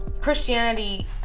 Christianity